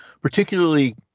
particularly